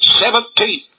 Seventeen